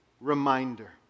reminder